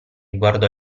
guardò